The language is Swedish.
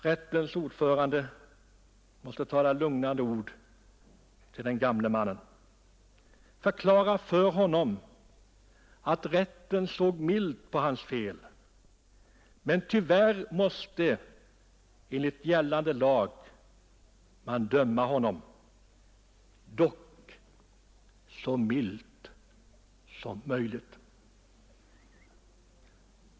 Rättens ordförande måste tala lugnande ord till den gamle mannen, förklara för honom att rätten såg milt på hans fel, men tyvärr måste man enligt gällande lag döma honom, dock så milt som möjligt.